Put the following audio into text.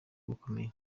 bukomeye